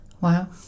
Wow